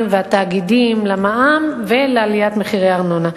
והתאגידים למע"מ ולעליית מחירי הארנונה.